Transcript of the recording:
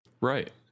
Right